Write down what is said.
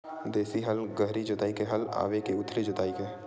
देशी हल गहरी जोताई के हल आवे के उथली जोताई के?